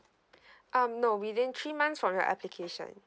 um no within three months from your application